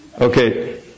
okay